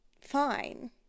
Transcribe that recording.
fine